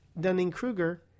Dunning-Kruger